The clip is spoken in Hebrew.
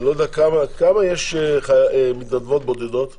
כמה יש מתנדבות בודדות מחו"ל?